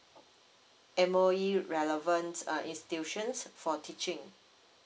M_O_E relevant uh institutions for teaching